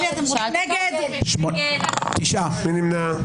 מי נמנע?